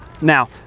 Now